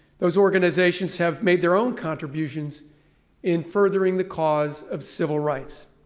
those organizations have made their own contributions in furthering the cause of civil rights.